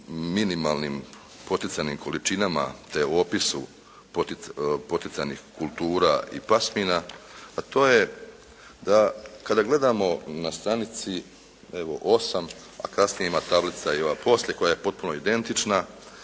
minimalnim poticajnim količinama te opisu poticajnih kultura i pasmina, a to je da kada gledamo na stranici evo 8, a kasnije ima tablica i ova poslije koja je potpuno identična